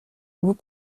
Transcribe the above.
vous